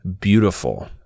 beautiful